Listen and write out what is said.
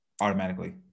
automatically